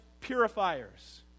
purifiers